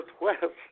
northwest